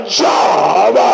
job